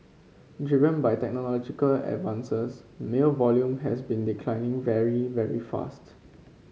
driven by technological advances mail volume has been declining very very fast